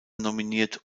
nominiert